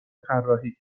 طراحی